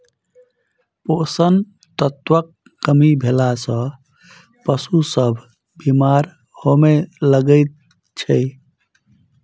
पोषण तत्वक कमी भेला सॅ पशु सभ बीमार होमय लागैत छै